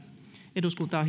eduskunta